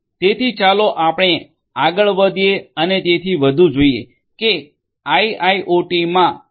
તેથી ચાલો આપણે આગળ વધીએ અને વધુ જોઈએ કે આઇઆઇઓટીમા એસ